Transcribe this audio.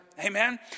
Amen